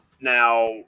Now